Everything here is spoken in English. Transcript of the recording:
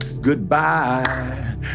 goodbye